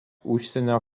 užsienio